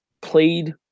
played